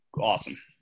Awesome